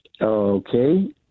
Okay